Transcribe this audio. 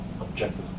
Objective